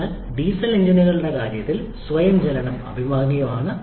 അതിനാൽ ഡീസൽ എഞ്ചിനുകളുടെ കാര്യത്തിൽ സ്വയം ജ്വലനം അഭികാമ്യമാണ്